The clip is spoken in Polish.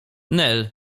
nel